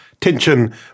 tension